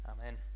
Amen